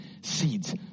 seeds